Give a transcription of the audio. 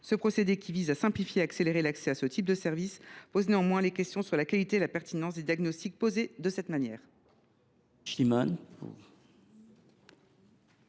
Ce procédé, qui a pour objet de simplifier et d’accélérer l’accès à ce type de service, soulève néanmoins des questions sur la qualité et la pertinence des diagnostics posés de cette manière.